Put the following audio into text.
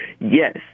Yes